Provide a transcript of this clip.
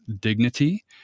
dignity